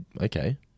Okay